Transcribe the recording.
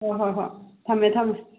ꯍꯣꯏ ꯍꯣꯏ ꯍꯣꯏ ꯊꯝꯃꯦ ꯊꯝꯃꯦ